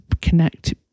connect